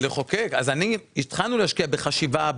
התחלנו להשקיע בחשיבה,